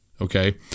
okay